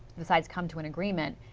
the sides come to an agreement,